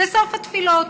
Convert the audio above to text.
בסוף התפילות.